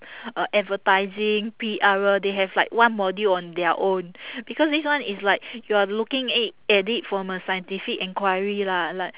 uh advertising P_R they have like one module on their own because this one it's like you are looking at it from a scientific enquiry lah like